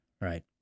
right